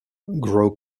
grow